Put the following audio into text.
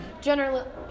general